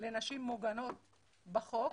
לנשים מוגנות בחוק,